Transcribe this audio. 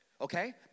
okay